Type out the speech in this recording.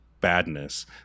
badness